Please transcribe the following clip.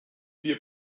wir